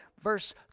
verse